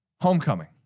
Homecoming